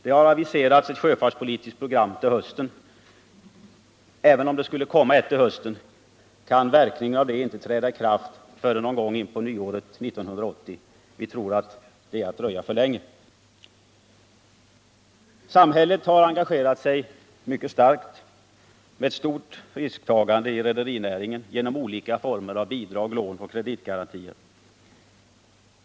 Det har aviserats ett sjöfartspolitiskt program till hösten. Även om det skulle komma ett då kan detta inte få verkningar förrän någon gång in på nyåret 1980. Vi tror att det är att dröja för länge. Samhället har engagerat sig mycket starkt med stort risktagande i rederinäringen genom olika former av bidrag, lån och kreditgarantier.